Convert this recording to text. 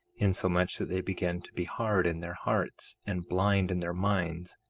insomuch that they began to be hard in their hearts, and blind in their minds,